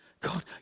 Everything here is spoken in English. God